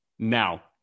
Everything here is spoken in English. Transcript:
Now